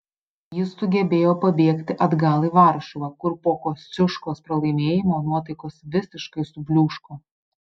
jis sugebėjo pabėgti atgal į varšuvą kur po kosciuškos pralaimėjimo nuotaikos visiškai subliūško